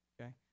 okay